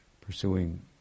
pursuing